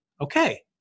Okay